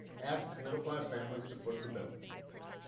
asks middle-class families to foot the bill.